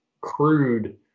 crude